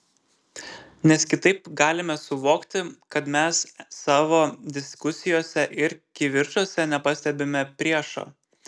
nes kitaip galime suvokti kad mes savo diskusijose ir kivirčuose nepastebime priešo